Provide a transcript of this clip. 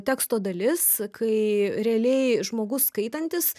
teksto dalis kai realiai žmogus skaitantis